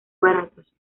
baratos